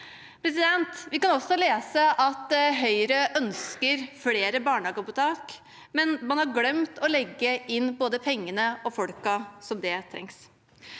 Vi kan også lese at Høyre ønsker flere barnehageopptak, men man har glemt å legge inn både pengene og folkene som da trengs.